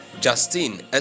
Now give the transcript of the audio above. justine